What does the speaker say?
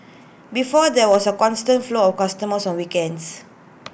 before there was A constant flow of customers on weekends